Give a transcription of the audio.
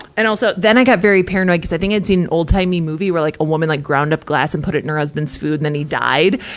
and also, then i got very paranoid cuz i think i'd seen an old-timey movie, where like a woman like ground up glass and put it in her husband's food and then he died.